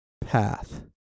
path